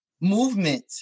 movement